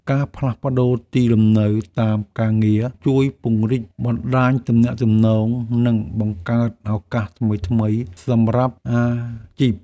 ការផ្លាស់ប្តូរទីលំនៅតាមការងារជួយពង្រីកបណ្តាញទំនាក់ទំនង និងបង្កើតឱកាសថ្មីៗសម្រាប់អាជីព។